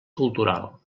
cultural